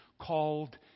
called